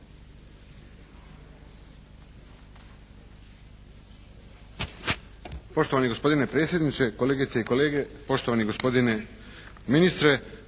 Poštovani gospodine predsjedniče, kolegice i kolege, poštovani gospodine ministre.